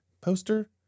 poster